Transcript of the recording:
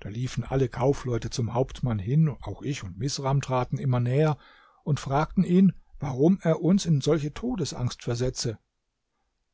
da liefen alle kaufleute zum hauptmann hin auch ich und misram traten immer näher und fragten ihn warum er uns in solche todesangst versetze